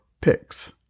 picks